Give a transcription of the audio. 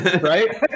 Right